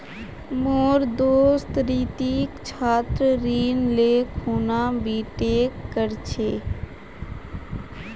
मोर दोस्त रितिक छात्र ऋण ले खूना बीटेक कर छ